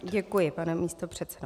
Děkuji, pane místopředsedo.